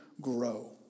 grow